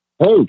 Hey